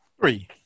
Three